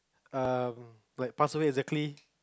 um like pass away exactly